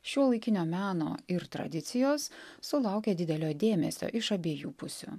šiuolaikinio meno ir tradicijos sulaukia didelio dėmesio iš abiejų pusių